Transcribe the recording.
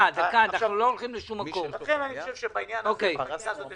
לכן בעניין הזה יש